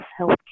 Healthcare